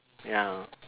ya